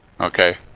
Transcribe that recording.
Okay